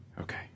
Okay